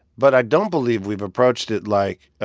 but i don't believe we've approached it like,